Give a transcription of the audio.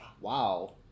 wow